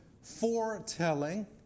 foretelling